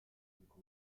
kon